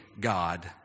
God